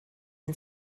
and